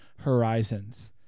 horizons